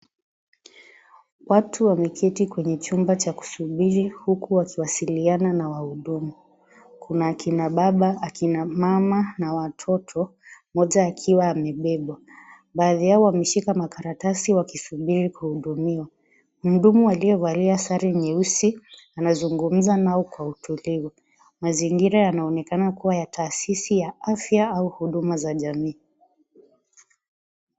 Watu wameketi kwenye chumba cha kusubiri huku wakiwasiliana na wahudumu. Kuna akina baba , akina mama na watoto mmoja akiwa amebebwa . Baadhi yao wameshika makaratasi wakisubiri kuhudumiwa. Mhudumu aliyevalia sare nyeusi anazungumza nao kwa utulivu . Mazingira yanaonekana kuwa ya taasisi ya afya au huduma za jamii.